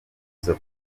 izo